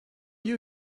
you